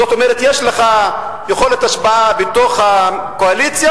זאת אומרת: יש לך יכולת השפעה בתוך הקואליציה?